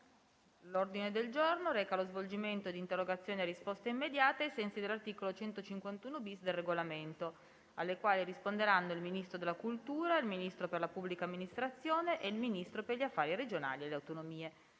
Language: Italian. L'ordine del giorno reca lo svolgimento di interrogazioni a risposta immediata (cosiddetto *question time*), ai sensi dell'articolo 151-*bis* del Regolamento, alle quali risponderanno il Ministro della cultura, il Ministro per la pubblica amministrazione e il Ministro per gli affari regionali e le autonomie.